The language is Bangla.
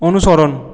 অনুসরণ